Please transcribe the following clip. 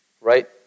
right